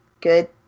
good